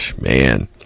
man